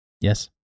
Yes